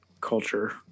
culture